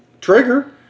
trigger